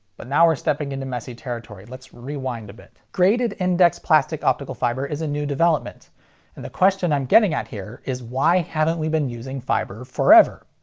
but, now we're stepping into messy territory. let's rewind a bit. graded-index plastic optical fiber is a new development. and the question i'm getting at here is why haven't we been using fiber forever?